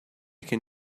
can